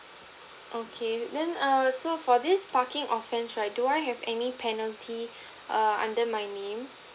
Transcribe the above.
okay then err so for this parking offence right do I have any penalty err under my name